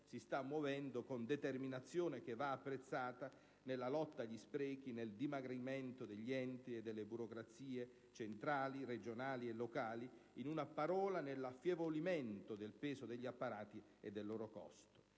si sta muovendo con una determinazione che va apprezzata nella lotta agli sprechi, nel dimagrimento degli enti e delle burocrazie centrali, regionali e locali: in una parola, nell'affievolimento del peso degli apparati e del loro costo.